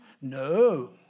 No